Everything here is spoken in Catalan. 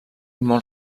molt